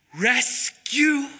rescue